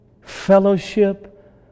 fellowship